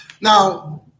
Now